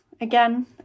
Again